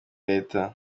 leta